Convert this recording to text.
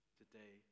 today